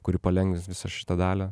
kuri palengvins visą šitą dalią